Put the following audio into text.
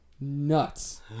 nuts